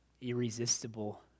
irresistible